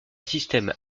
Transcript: système